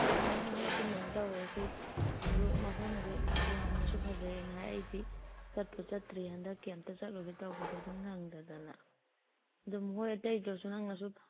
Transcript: ꯍꯣ ꯑꯗꯨꯃꯥꯏꯅ ꯇꯧꯔꯁꯤ ꯑꯗꯨ ꯃꯐꯝꯗꯨ ꯌꯥꯝꯅꯁꯨ ꯐꯖꯩ ꯍꯥꯏꯅ ꯍꯥꯏ ꯑꯩꯗꯤ ꯆꯠꯄꯨ ꯆꯠꯇ꯭ꯔꯤ ꯍꯟꯗꯛꯀꯤ ꯑꯝꯇ ꯆꯠꯂꯨꯒꯦ ꯇꯧꯕꯗꯨ ꯑꯗꯨꯝ ꯅꯪꯗꯗꯅ ꯑꯗꯨꯝ ꯃꯈꯣꯏ ꯑꯇꯩꯗꯁꯨ ꯅꯪꯅꯁꯨ